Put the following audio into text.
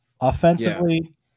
offensively